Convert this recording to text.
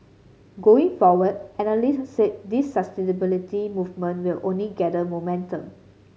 going forward analysts said this sustainability movement will only gather momentum